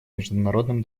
международным